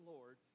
Lord